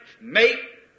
make